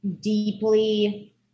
deeply